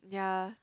yea